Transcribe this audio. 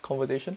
conversation